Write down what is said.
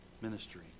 ministry